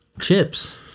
Chips